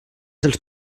dels